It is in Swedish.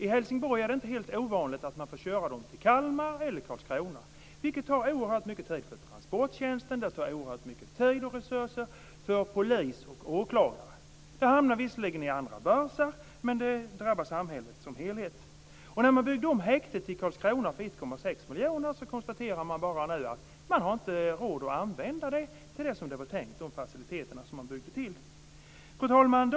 I Helsingborg är det inte helt ovanligt att man får köra dem till Kalmar eller Karlskrona, vilket tar oerhört mycket tid för transporttjänsten och oerhört mycket tid och resurser för polis och åklagare. Det drabbar visserligen andra börsar, men det drabbar samhället som helhet. Man byggde om häktet i Karlskrona för 1,6 miljoner, och man konstaterar nu bara att man inte har råd att använda de faciliteter som man byggde till så som det var tänkt. Fru talman!